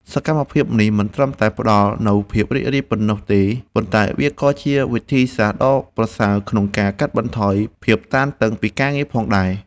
សកម្មភាពនេះមិនត្រឹមតែផ្ដល់នូវភាពរីករាយប៉ុណ្ណោះទេ ប៉ុន្តែវាក៏ជាវិធីសាស្ត្រដ៏ប្រសើរក្នុងការកាត់បន្ថយភាពតានតឹងពីការងារផងដែរ។